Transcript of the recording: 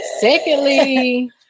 secondly